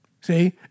See